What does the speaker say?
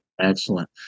Excellent